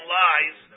lies